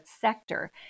sector